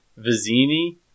vizini